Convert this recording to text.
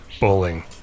bowling